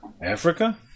Africa